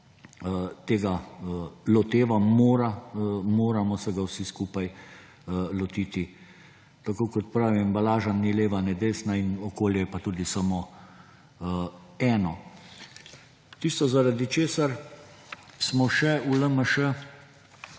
tega loteva. Moramo se ga vsi skupaj lotiti, tako kot pravim, embalaža ni leva, ne desna in okolje je pa tudi samo eno. Tisto, zaradi česar smo še v LMŠ